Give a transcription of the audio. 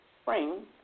spring